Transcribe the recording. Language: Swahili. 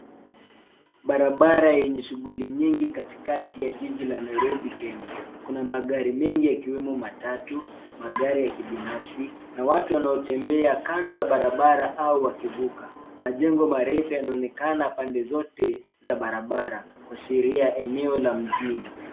Barabara yenye shughuli nyingi katikati ya jiji la Nairobi Kenya. Kuna magari mengi yakiwemo matatu, magari ya kibinafsi na watu wanaotembea kando ya barabara au wakivuka. Majengo marefu yanaonekana pande zote za barabara kuashiria eneo la mjini.